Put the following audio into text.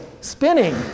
spinning